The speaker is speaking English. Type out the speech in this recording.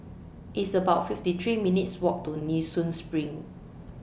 It's about fifty three minutes' Walk to Nee Soon SPRING